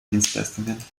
dienstleistungen